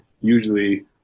usually